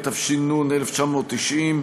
התש"ן 1990,